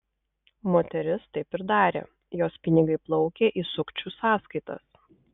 moteris taip ir darė jos pinigai plaukė į sukčių sąskaitas